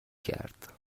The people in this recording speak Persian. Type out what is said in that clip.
کرد